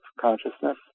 consciousness